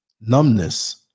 numbness